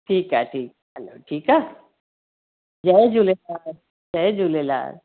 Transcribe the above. ठीक आहे जी हलो ठीक आहे जय झूलेलाल जय झूलेलाल